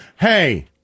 hey